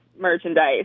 merchandise